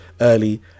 early